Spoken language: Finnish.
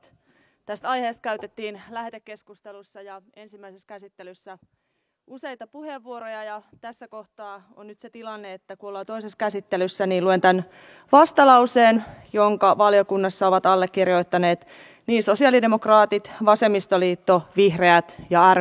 tästä aiheesta käytettiin lähetekeskustelussa ja ensimmäisessä käsittelyssä useita puheenvuoroja ja tässä kohtaa on nyt se tilanne että kun olemme toisessa käsittelyssä niin luen tämän vastalauseen jonka valiokunnassa ovat allekirjoittaneet niin sosialidemokraatit vasemmistoliitto vihreät kuin rkp